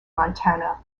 montana